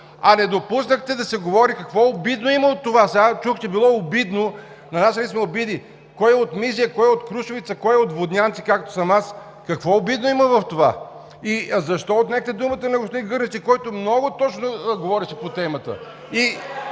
а не допуснахте да се говори какво обидно има от това – сега чух, че било обидно, нанасяли сме обиди. Кой е от Мизия, кой от Крушовица, кой от Воднянци, както съм аз, какво обидно има в това? И защо отнехте думата на господин Гърневски, който много точно говореше по темата?